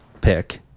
pick